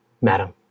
Madam